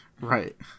Right